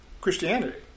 Christianity